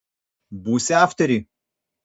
būsi aftery